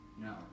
No